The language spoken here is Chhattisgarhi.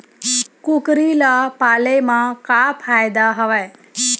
कुकरी ल पाले म का फ़ायदा हवय?